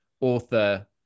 author